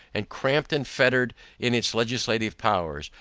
and cramped and fettered in its legislative powers,